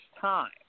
time